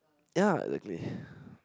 ya exactly